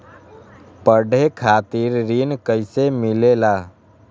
पढे खातीर ऋण कईसे मिले ला?